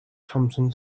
thompson